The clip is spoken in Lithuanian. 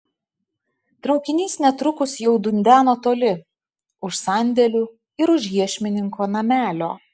traukinys netrukus jau dundeno toli už sandėlių ir už iešmininko namelio